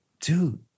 dude